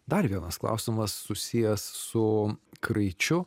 dar vienas klausimas susijęs su kraičiu